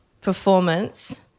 performance